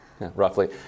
Roughly